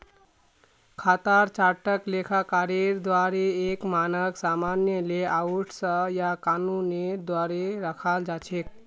खातार चार्टक लेखाकारेर द्वाअरे एक मानक सामान्य लेआउट स या कानूनेर द्वारे रखाल जा छेक